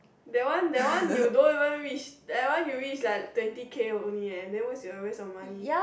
that one that one you don't even reach that one you reach like twenty K only eh then where's your rest of your money